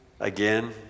again